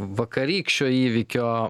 vakarykščio įvykio